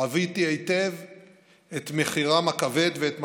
חוויתי היטב את מחירם הכבד ואת משמעותם.